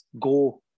go